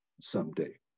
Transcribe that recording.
someday